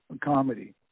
comedy